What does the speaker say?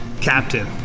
captain